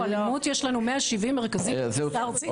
לאלימות יש לנו 170 מרכזים בפריסה ארצית,